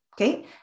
Okay